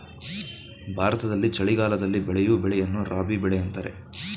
ಭಾರತದಲ್ಲಿ ಚಳಿಗಾಲದಲ್ಲಿ ಬೆಳೆಯೂ ಬೆಳೆಯನ್ನು ರಾಬಿ ಬೆಳೆ ಅಂತರೆ